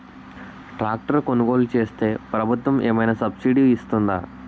Tractor కొనుగోలు చేస్తే ప్రభుత్వం ఏమైనా సబ్సిడీ ఇస్తుందా?